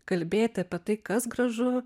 kalbėti apie tai kas gražu